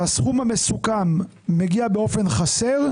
שהסכום המסוכם מגיע באופן חסר,